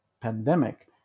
pandemic